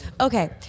Okay